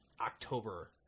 October